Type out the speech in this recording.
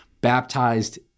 baptized